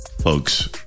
Folks